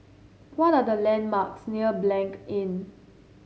what are the landmarks near Blanc Inn